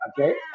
Okay